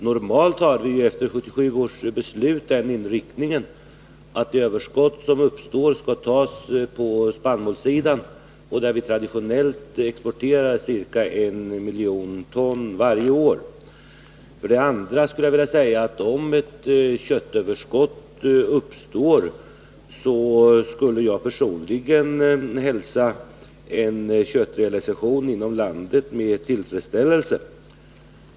Normalt har vi efter 1977 års beslut den inriktningen att överskott som uppstår skall tas på spannmålssi dan, där exporten brukar vara ca en miljon ton varje år. För det andra skulle jag vilja säga, att om det uppstår ett köttöverskott, skulle jag personligen hälsa en köttrealisation inom landet med tillfredsställelse.